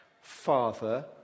Father